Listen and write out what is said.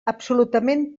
absolutament